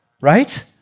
right